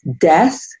death